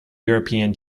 european